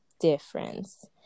difference